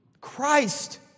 Christ